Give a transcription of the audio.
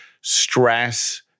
stress